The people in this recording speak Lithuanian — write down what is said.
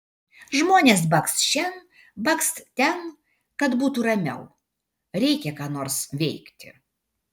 žmonės bakst šen bakst ten kad būtų ramiau reikia ką nors veikti